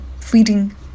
feeding